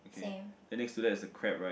okay then next to that is a crab right